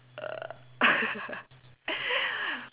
uh